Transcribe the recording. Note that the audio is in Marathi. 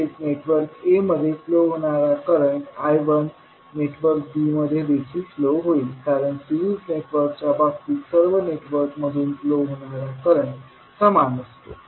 तसेच नेटवर्क a मध्ये फ्लो होणारा करंट I1नेटवर्क b मध्ये देखील फ्लो होईल कारण सिरीज नेटवर्कच्या बाबतीत सर्व नेटवर्कमधून फ्लो होणारा करंट समान असतो